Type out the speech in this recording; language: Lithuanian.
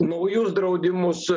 naujus draudimus